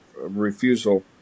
refusal